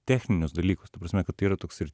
techninius dalykus ta prasme kad tai yra toks ir